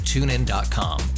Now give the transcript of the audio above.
TuneIn.com